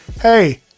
hey